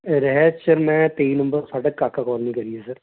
ਰਿਹਾਇਸ਼ ਸਰ ਮੈਂ ਤੇਈ ਨੰਬਰ ਫਾਟਕ ਕਾਕਾ ਕਲੋਨੀ ਕਰੀ ਹੈ ਸਰ